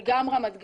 וגם רמת גן,